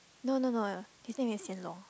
no no no his name is Hsien-Loong